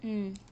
mm